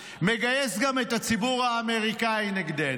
מגייס גם את הציבור האמריקאי נגדנו.